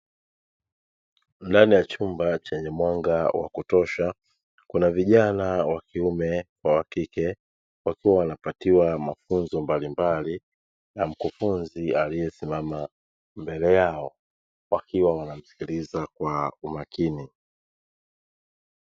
Ndani ya chumba chenye mwanga wa kutosha kuna vijana wa kiume na wa kike, wakiwa wanapatiwa mafunzo mbalimbali na mkufunzi aliyesimama mbele yao wakiwa wanamsikiliza kwa makini.